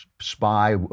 spy